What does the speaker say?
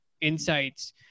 insights